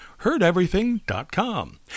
heardeverything.com